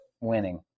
winning